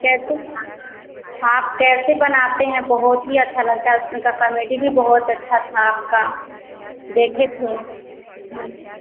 कैसे हाँ आप कैसे बनाते हैं बहुत ही अच्छा लगता है उसमें का कामेडी भी बहुत अच्छा था आपका देखे थे